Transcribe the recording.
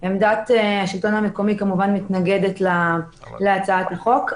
עמדת השלטון המקומי כמובן מתנגדת להצעת החוק.